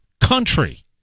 country